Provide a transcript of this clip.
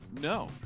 No